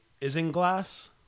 Isinglass –